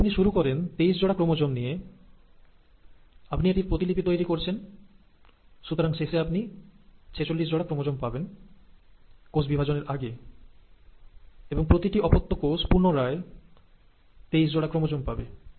যদি আপনি শুরু করেন 23 জোড়া ক্রোমোজোম নিয়ে আপনি এটির প্রতিলিপি তৈরি করছেন সুতরাং শেষে আপনি 46 জোড়া ক্রোমোজোম পাবেন কোষ বিভাজনের আগে এবং প্রতিটি অপত্য কোষ পুনরায় 23 জোড়া ক্রোমোজোম পাবে